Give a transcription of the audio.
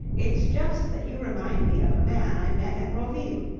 it's just that you remind me of a man i met at roville.